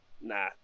Nah